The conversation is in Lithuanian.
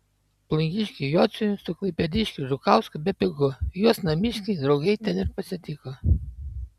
plungiškiui jociui su klaipėdiškiu žukausku bepigu juos namiškiai draugai ten ir pasitiko